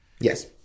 Yes